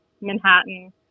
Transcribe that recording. Manhattan